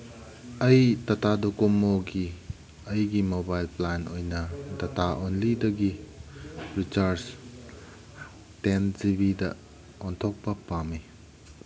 ꯑꯩ ꯇꯇꯥ ꯗꯣꯀꯣꯃꯣꯒꯤ ꯑꯩꯒꯤ ꯃꯣꯕꯥꯏꯜ ꯄ꯭ꯂꯥꯟ ꯑꯣꯏꯅ ꯗꯇꯥ ꯑꯣꯟꯂꯤꯗꯒꯤ ꯔꯤꯆꯥꯔꯖ ꯇꯦꯟ ꯖꯤ ꯕꯤꯗ ꯑꯣꯟꯊꯣꯛꯄ ꯄꯥꯝꯃꯤ